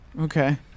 Okay